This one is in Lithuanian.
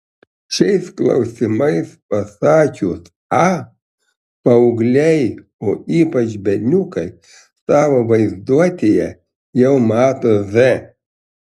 šiais klausimais pasakius a paaugliai o ypač berniukai savo vaizduotėje jau mato z